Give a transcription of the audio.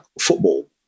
football